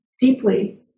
deeply